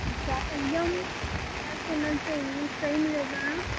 اچھا ایک دم فریش ہونا چاہیے صحیح ملے گا نا